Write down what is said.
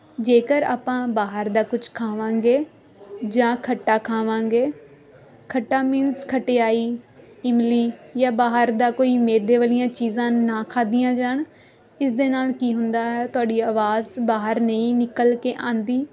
ਜੇਕਰ ਆਪਾਂ ਬਾਹਰ ਦਾ ਕੁਝ ਖਾਵਾਂਗੇ ਜਾਂ ਖੱਟਾ ਖਾਵਾਂਗੇ ਖੱਟਾ ਮੀਨਸ ਖਟਿਆਈ ਇਮਲੀ ਜਾਂ ਬਾਹਰ ਦਾ ਕੋਈ ਮੈਦੇ ਵਾਲੀਆਂ ਚੀਜ਼ਾਂ ਨਾ ਖਾਧੀਆਂ ਜਾਣ ਇਸ ਦੇ ਨਾਲ ਕੀ ਹੁੰਦਾ ਤੁਹਾਡੀ ਆਵਾਜ਼ ਬਾਹਰ ਨਹੀਂ ਨਿਕਲ ਕੇ ਆਉਂਦੀ